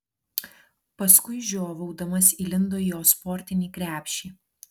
paskui žiovaudamas įlindo į jos sportinį krepšį